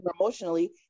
emotionally